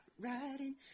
riding